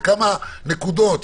לכמה נקודות,